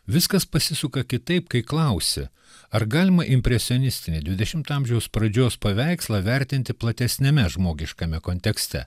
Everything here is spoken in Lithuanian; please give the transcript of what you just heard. viskas pasisuka kitaip kai klausi ar galima impresionistinį dvidešimto amžiaus pradžios paveikslą vertinti platesniame žmogiškame kontekste